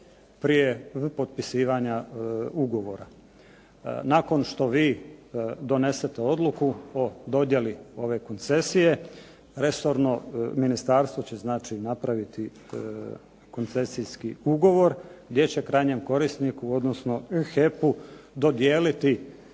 prije potpisivanja ugovora. Nakon što vi donesete odluku o dodjeli ove koncesije, resorno ministarstvo će napraviti koncesijski ugovor, gdje će krajnjem korisniku, odnosno HEP-u dodijeliti